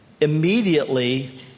immediately